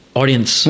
audience